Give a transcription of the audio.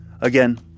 Again